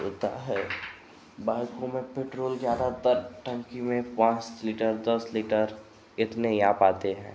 होता है बाइकों में पेट्रोल ज़्यादातर टन्की में पाँच लीटर दस लीटर इतना ही आ पाता है